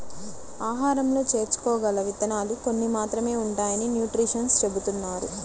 ఆహారంలో చేర్చుకోగల విత్తనాలు కొన్ని మాత్రమే ఉంటాయని న్యూట్రిషన్స్ చెబుతున్నారు